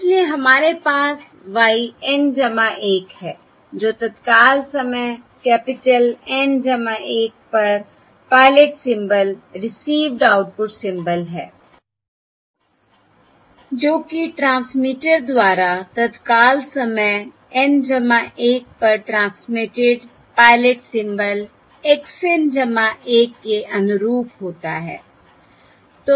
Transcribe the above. इसलिए हमारे पास y N 1 है जो तत्काल समय कैपिटल N 1 पर pilot symbol received output symbol है जो कि ट्रांसमीटर द्वारा तत्काल समय N 1 पर transmitted pilot symbol x N 1 के अनुरूप होता है